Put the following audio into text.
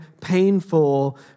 painful